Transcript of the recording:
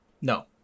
No